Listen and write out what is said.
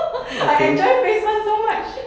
I enjoy phase one so much